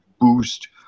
boost